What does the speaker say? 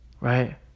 Right